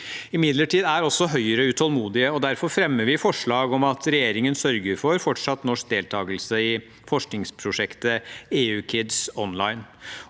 Imidlertid er også Høyre utålmodige, og derfor fremmer vi forslag om at regjeringen sørger for fortsatt norsk deltakelse i forskningsprosjektet EU Kids Online.